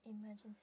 Emergency